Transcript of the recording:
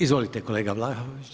Izvolite kolega Vlaović.